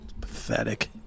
Pathetic